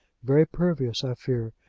very pervious, i fear,